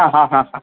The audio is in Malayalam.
ആ ആ ആ ആ